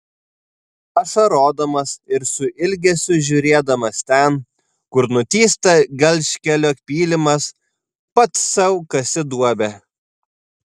ašarodamas ir su ilgesiu žiūrėdamas ten kur nutįsta gelžkelio pylimas pats sau kasi duobę